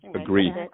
Agreed